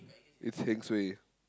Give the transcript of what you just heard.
it's heng suay